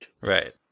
Right